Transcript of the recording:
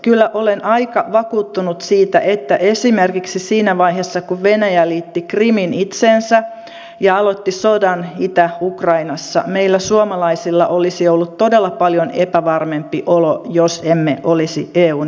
kyllä olen aika vakuuttunut siitä että esimerkiksi siinä vaiheessa kun venäjä liitti krimin itseensä ja aloitti sodan itä ukrainassa meillä suomalaisilla olisi ollut todella paljon epävarmempi olo jos emme olisi eun jäseniä